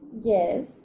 Yes